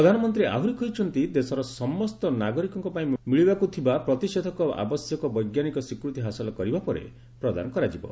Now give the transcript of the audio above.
ପ୍ରଧାନମନ୍ତ୍ରୀ ଆହୁରି କହିଛନ୍ତି ଦେଶର ସମସ୍ତ ନାଗରିକଙ୍କ ପାଇଁ ମିଳିବାକୁ ଥିବା ପ୍ରତିଷେଧକ ଆବଶ୍ୟକ ବୈଜ୍ଞାନିକ ସ୍ୱୀକୃତି ହାସଲ କରିବା ପରେ ପ୍ରଦାନ କରାଯିବ